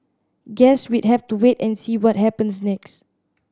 guess we'd have to wait and see what happens next